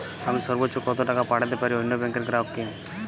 আমি সর্বোচ্চ কতো টাকা পাঠাতে পারি অন্য ব্যাংকের গ্রাহক কে?